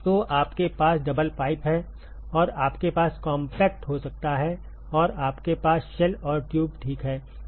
तो आपके पास डबल पाइप है और आपके पास कॉम्पैक्ट हो सकता है और आपके पास शेल और ट्यूब ठीक है